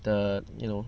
the you know